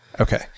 Okay